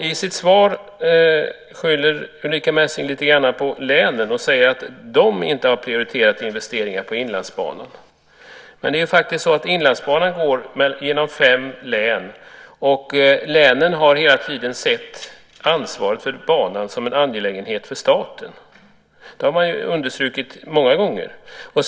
I sitt svar skyller Ulrica Messing lite grann på länen och säger att de inte har prioriterat investeringar på Inlandsbanan. Men det är faktiskt så att Inlandsbanan går genom fem län som hela tiden har sett ansvaret för banan som en angelägenhet för staten. Det har man många gånger understrukit.